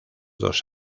dos